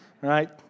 right